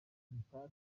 matora